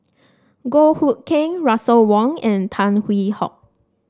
Goh Hood Keng Russel Wong and Tan Hwee Hock